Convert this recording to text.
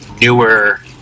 newer